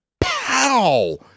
pow